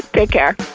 take care